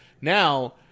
Now